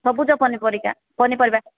ସବୁଜ ପନିପରିକା ପନିପରିବା